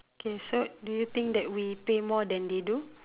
okay so do you think that we pay more than they do